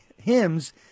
hymns